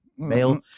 Male